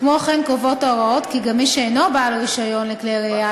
כמו כן קובעות ההוראות כי גם מי שאינו בעל רישיון לכלי ירייה,